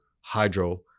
hydro